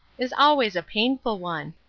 is always a painful one.